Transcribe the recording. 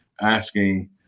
asking